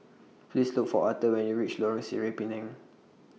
Please Look For Author when YOU REACH Lorong Sireh Pinang